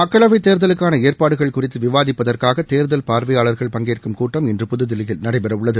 மக்களவை தேர்தலுக்கான ஏற்பாடுகள் குறித்து விவாதிப்பதற்காக தேர்தல் பார்வையாளர்கள் பங்கேற்கும் கூட்டம் இன்று புதுதில்லியில் நடைபெற உள்ளது